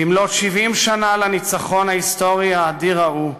במלאות 70 שנה לניצחון ההיסטורי האדיר ההוא,